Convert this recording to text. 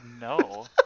no